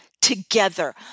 together